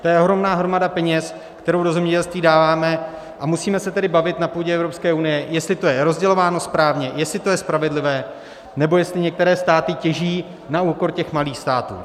To je ohromná hromada peněz, kterou do zemědělství dáváme, a musíme se tedy bavit na půdě Evropské unie, jestli to je rozdělováno správně, jestli to je spravedlivé, nebo jestli některé státy těží na úkor malých států.